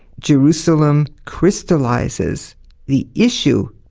jerusalem crystallises the issue,